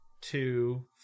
two